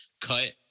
cut